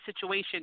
situation